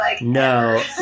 No